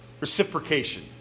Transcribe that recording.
reciprocation